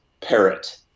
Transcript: parrot